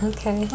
Okay